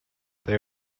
they